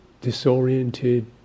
disoriented